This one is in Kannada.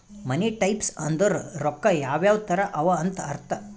ಮನಿ ಟೈಪ್ಸ್ ಅಂದುರ್ ರೊಕ್ಕಾ ಯಾವ್ ಯಾವ್ ತರ ಅವ ಅಂತ್ ಅರ್ಥ